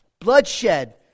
bloodshed